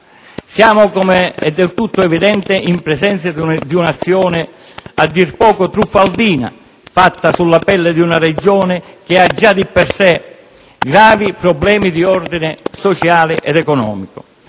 Siamo, come è del tutto evidente, in presenza di un'azione a dir poco truffaldina, fatta sulla pelle di una Regione che ha già di per sé gravi problemi di ordine sociale ed economico.